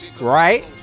Right